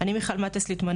אני מיכל מטס-ליטמנוביץ,